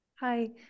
Hi